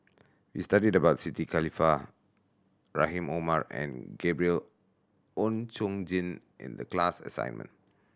we studied about Siti Khalijah Rahim Omar and Gabriel Oon Chong Jin in the class assignment